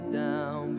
down